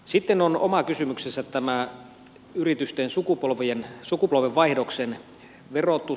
sitten on oma kysymyksensä tämä yritysten sukupolvenvaihdoksen verotus